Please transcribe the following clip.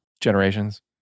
Generations